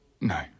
No